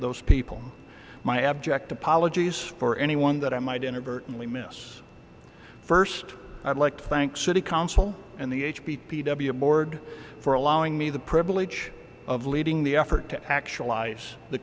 those people my abject apologies for anyone that i might inadvertently miss first i'd like to thank city council and the h b p w board for allowing me the privilege of leading the effort to actualise the